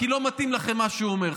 כי לא מתאים לכם מה שהוא אומר.